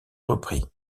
repris